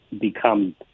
become